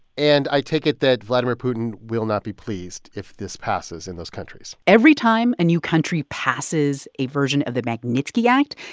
and i take it that vladimir putin will not be pleased if this passes in those countries every time a and new country passes a version of the magnitsky act,